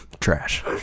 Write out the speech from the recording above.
trash